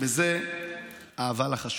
ואז האבל החשוב,